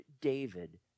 David